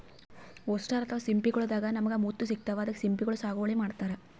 oyster ಅಥವಾ ಸಿಂಪಿಗೊಳ್ ದಾಗಾ ನಮ್ಗ್ ಮುತ್ತ್ ಸಿಗ್ತಾವ್ ಅದಕ್ಕ್ ಸಿಂಪಿಗೊಳ್ ಸಾಗುವಳಿ ಮಾಡತರ್